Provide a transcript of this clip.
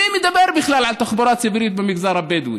מי מדבר בכלל על תחבורה ציבורית במגזר הבדואי?